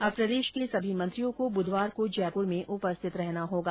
अब प्रदेश के सभी मंत्रियों को बुधवार को जयपुर में उपस्थित रहना होगा